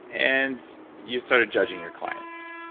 and you started judging your clients.